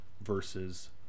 versus